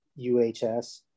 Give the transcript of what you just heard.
UHS